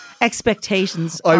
Expectations